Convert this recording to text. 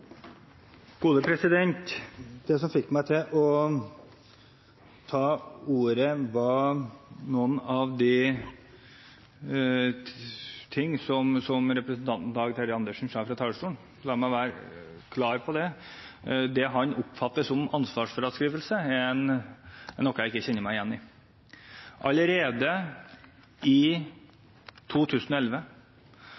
som representanten Dag Terje Andersen sa fra talerstolen. La meg være klar på det: Det han oppfatter som ansvarsfraskrivelse, er noe jeg ikke kjenner meg igjen i. Representanten Bergstø har på glitrende vis referert til en merknad fra 2011.